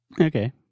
Okay